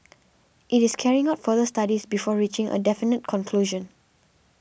it is carrying out further studies before reaching a definite conclusion